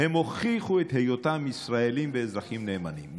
הם הוכיחו את היותם ישראלים ואזרחים נאמנים.